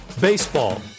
Baseball